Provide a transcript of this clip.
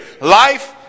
life